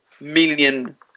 million